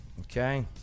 okay